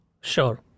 Sure